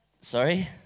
Sorry